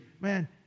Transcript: Man